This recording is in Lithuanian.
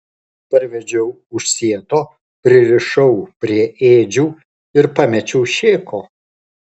parvedžiau už sieto pririšau prie ėdžių ir pamečiau šėko